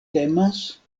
temas